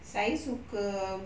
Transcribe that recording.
saya suka